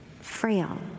frail